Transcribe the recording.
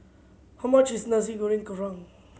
how much is Nasi Goreng Kerang